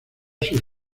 sus